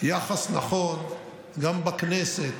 שיחס נכון גם בכנסת,